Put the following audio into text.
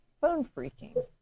phone-freaking